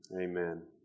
Amen